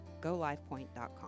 golivepoint.com